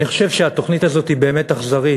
אני חושב שהתוכנית הזאת היא באמת אכזרית,